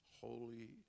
holy